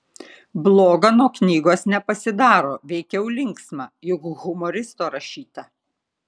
bloga nuo knygos nepasidaro veikiau linksma juk humoristo rašyta